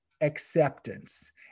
acceptance